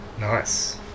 Nice